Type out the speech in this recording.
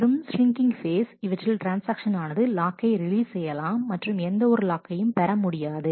மற்றும் shrinking phase இவற்றில் transaction ஆனது லாக்கை ரிலீஸ் செய்யலாம் மற்றும் எந்த ஒரு லாக்கையும் பெற முடியாது